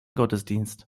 gottesdienst